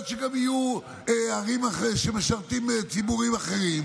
וגם יכול להיות שיהיו ערים שמשרתות ציבורים אחרים,